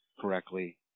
correctly